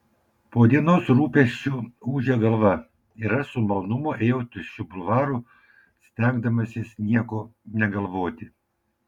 po dienos rūpesčių ūžė galva ir aš su malonumu ėjau tuščiu bulvaru stengdamasis nieko negalvoti